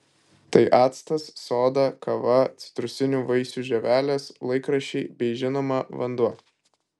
tai actas soda kava citrusinių vaisių žievelės laikraščiai bei žinoma vanduo